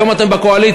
היום אתם בקואליציה,